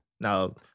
Now